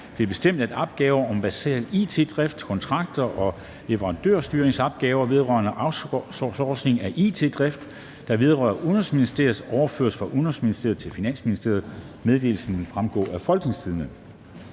blev bestemt, at opgaver om basal it-drift og kontrakter og leverandørstyringsopgaver vedrørende outsourcet it-drift, der vedrører Udenrigsministeriet, overføres fra udenrigsministeren til finansministeren. Meddelelsen vil fremgå af www.folketingstidende.dk